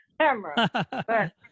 camera